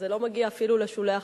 זה לא מגיע אפילו לשולי החדשות.